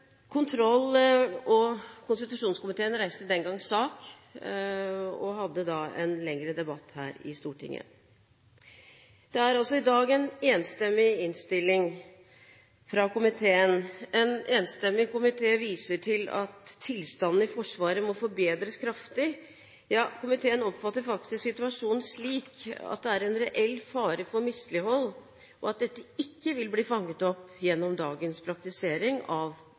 Kontroll- og konstitusjonskomiteen reiste den gangen sak, og vi hadde da en lengre debatt her i Stortinget. Det er altså i dag en enstemmig innstilling fra komiteen. En enstemmig komité viser til at tilstanden i Forsvaret må forbedres kraftig, ja komiteen oppfatter faktisk situasjonen slik at det er en reell fare for mislighold, og at dette ikke vil bli fanget opp gjennom dagens praktisering av